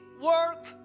work